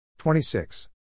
26